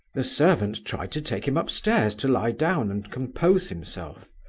the servant tried to take him upstairs to lie down and compose himself.